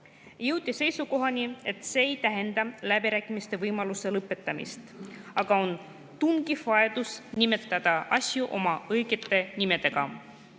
Jõuti seisukohani, et see ei tähenda läbirääkimiste võimaluse lõpetamist, aga on tungiv vajadus nimetada asju õigete nimedega.